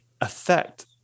affect